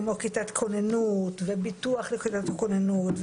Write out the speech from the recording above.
כמו כיתת כוננות וביטוח ליחידת הכוננות,